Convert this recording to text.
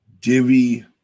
Divi